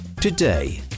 Today